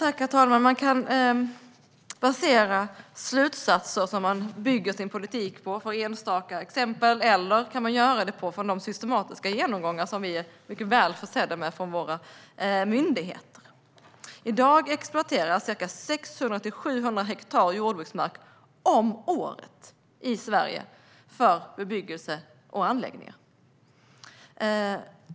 Herr talman! Man kan basera de slutsatser man bygger sin politik på på enstaka exempel eller på de systematiska genomgångar som vi är väl försedda med från våra myndigheter. I dag exploateras ca 600-700 hektar jordbruksmark om året i Sverige för bebyggelse och anläggningar.